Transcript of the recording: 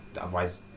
otherwise